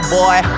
boy